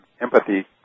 empathy